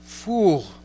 fool